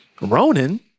Ronan-